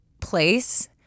place